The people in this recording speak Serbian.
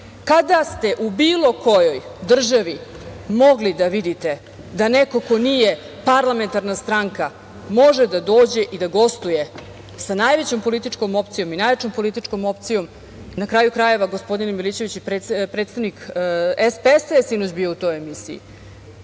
ste u bilo kojoj državi mogli da vidite da neko ko nije parlamentarna stranka može da dođe i da gostuje sa najvećom i najjačom političkom opcijom? Na kraju krajeva, gospodin Milićević je predstavnik SPS, sinoć je bio u toj emisiji.